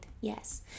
Yes